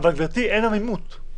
גברתי, אין עמימות.